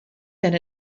than